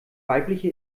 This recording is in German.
weibliche